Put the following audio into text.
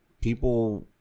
people